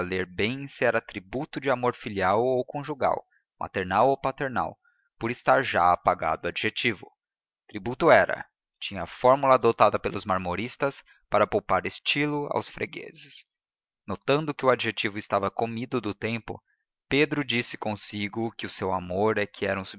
ler bem se era tributo de amor filial ou conjugal maternal ou paternal por estar já apagado o adjetivo tributo era tinha a fórmula adotada pelos marmoristas para poupar estilo aos fregueses notando que o adjetivo estava comido do tempo pedro disse consigo que o seu amor é que era um